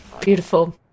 Beautiful